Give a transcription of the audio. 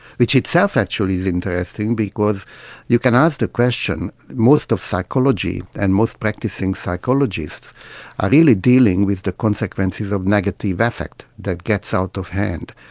which itself actually is interesting because you can ask the question, most of psychology and most practising psychologists are really dealing with the consequences of negative affect that gets out of hand,